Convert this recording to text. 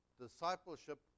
discipleship